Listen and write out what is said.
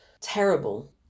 terrible